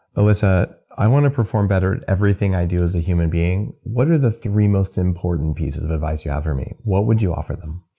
elissa, i want to perform better at everything i do as a human being, what are the three most important pieces of advice you have for me? what would you offer them?